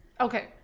okay